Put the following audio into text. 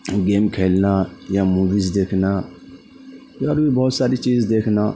game کھیلنا یا movies دیکھنا اور بھی بہت ساری چیز دیکھنا